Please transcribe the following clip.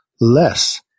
less